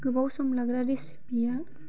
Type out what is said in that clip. गोबाव सम लाग्रा रेसिपिया